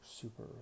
super